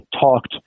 talked